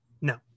No